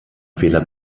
fehler